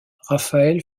raphaël